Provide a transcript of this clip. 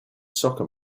soccer